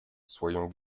soyons